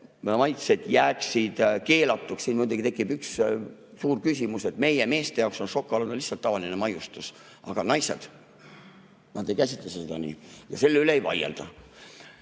maitsed jääksid keelatuks. Siin muidugi tekib üks suur küsimus, et meie, meeste jaoks on šokolaad lihtsalt tavaline maiustus, aga naised ei käsitle seda nii ja selle üle ei vaielda.